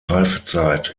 reifezeit